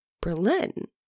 Berlin